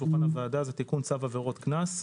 שולחן הוועדה תיקון צו עבירות קנס,